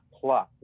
plus